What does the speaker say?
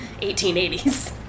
1880s